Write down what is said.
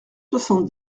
soixante